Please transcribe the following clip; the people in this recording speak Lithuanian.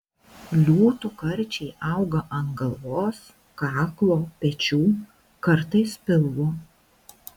liūtų karčiai auga ant galvos kaklo pečių kartais pilvo